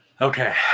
Okay